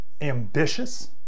ambitious